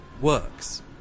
works